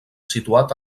situat